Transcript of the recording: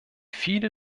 viele